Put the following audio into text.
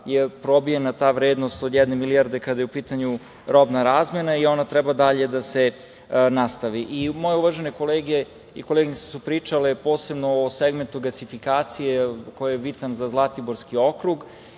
da probijena ta vrednost od jedne milijarde kada je u pitanju robna razmena. Ona treba dalje da se nastavi. Moje uvažene kolege i koleginice su pričale posebno o segmentu gasifikacije koji je bitan za Zlatiborski okrug.